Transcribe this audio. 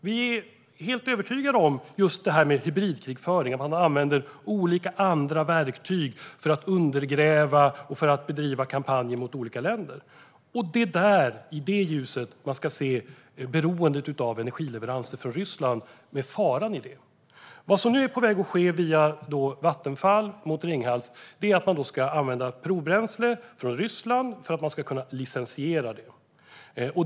Vi är helt övertygade om att man bedriver hybridkrigföring och använder olika andra verktyg för att undergräva och bedriva kampanjer mot olika länder. Det är i ljuset av detta man ska se faran i beroendet av energileveranser från Ryssland. Vad som nu är på väg att ske via Vattenfall och Ringhals är att man ska använda provbränsle från Ryssland för att det ska kunna licensieras.